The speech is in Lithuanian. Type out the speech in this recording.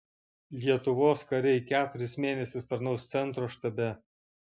lietuvos kariai keturis mėnesius tarnaus centro štabe